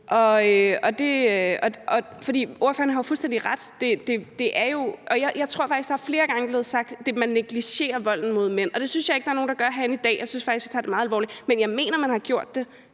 løsning. For ordføreren har jo fuldstændig ret. Jeg tror faktisk, at der flere gange er blevet sagt, at man negligerer volden mod mænd. Det synes jeg ikke der er nogen der gør herinde i dag – jeg synes faktisk, at man tager det meget alvorligt. Men jeg mener, at man har gjort det